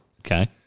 Okay